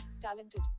talented